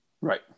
Right